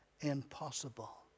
impossible